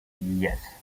yes